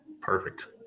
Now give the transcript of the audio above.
Perfect